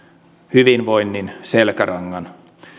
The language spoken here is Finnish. hyvinvoinnin selkärangan